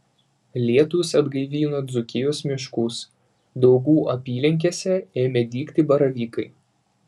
lietūs atgaivino dzūkijos miškus daugų apylinkėse ėmė dygti baravykai